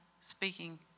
speaking